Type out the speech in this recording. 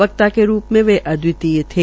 वक्ता के रूप में वे अदवितीय थे